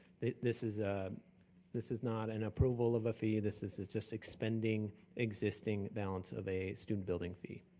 this is ah this is not an approval of a fee, this is just expending existing balance of a student building fee.